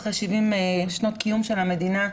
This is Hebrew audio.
אחרי 70 שנות קיום של המדינה,